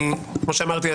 כמו שאמרתי,